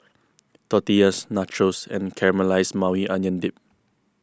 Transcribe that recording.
Tortillas Nachos and Caramelized Maui Onion Dip